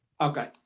okay